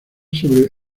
sobre